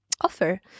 offer